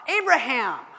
Abraham